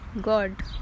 god